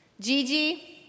Gigi